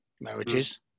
marriages